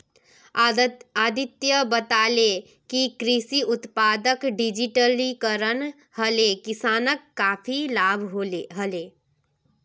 अदित्य बताले कि कृषि उत्पादक डिजिटलीकरण हले किसानक काफी लाभ हले